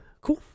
cool